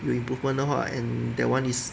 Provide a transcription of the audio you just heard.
有 improvement 的话 and that [one] is